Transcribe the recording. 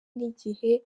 n’igihe